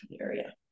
area